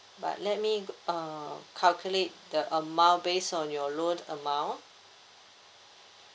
but let me uh calculate the amount based on your loan amount